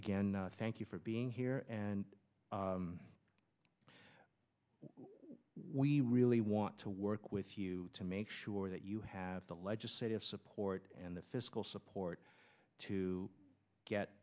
again thank you for being here and we really want to work with you to make sure that you have the legislative support and the physical support to get